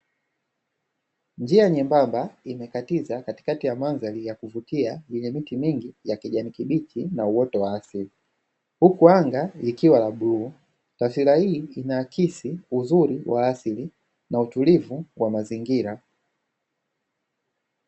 Njia nyembamba imekatiza katikati ya mandhari ya kuvutia yenye miti mingi ya kijani kibichi na uoto wa asili, huku anga likiwa la bluu. Taswira hii ina akisi uzuri wa asili na utulivu wa mazingira.